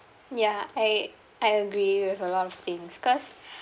ya I I agree with a lot of things cause